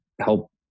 help